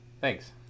thanks